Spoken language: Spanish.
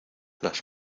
las